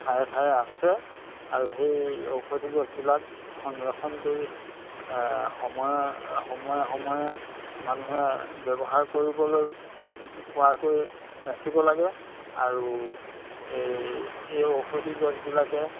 ঠায়ে ঠায়ে আছে আৰু সেই ঔষধি গছবিলাক সংৰক্ষণ কৰি সময় সময়ে সময়ে মানুহে ব্যৱহাৰ কৰিবলৈ পোৱাকৈ ৰাখিব লাগে আৰু এই ঔষধি গছবিলাকে